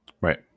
right